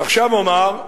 עכשיו אומר,